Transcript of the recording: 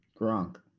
Gronk